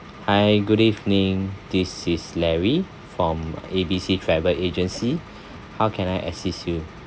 hi good evening this is larry from A B C travel agency how can I assist you